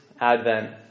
Advent